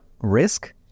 risk